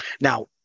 Now